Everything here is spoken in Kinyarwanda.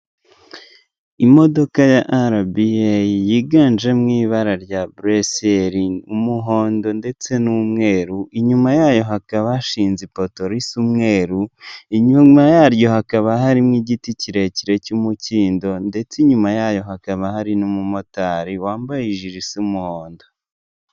Imodoka ya arabiyeyi yiganjemo ibara rya buresiyeri, umuhondo, ndetse n'umweru, inyuma yayo hakaba hashinze ipoto risa umweru, inyuma yaryo hakaba harimo igiti kirekire cy'umukindo, ndetse inyuma yayo hakaba hari n'umumotari wambaye ijiri isa umuhondo.